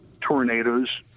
tornadoes